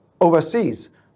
overseas